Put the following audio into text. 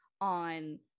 on